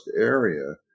area